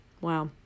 Wow